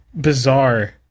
bizarre